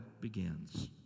begins